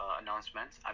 announcements